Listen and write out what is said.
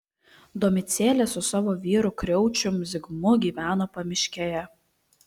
domicėlė su savo vyru kriaučium zigmu gyveno pamiškėje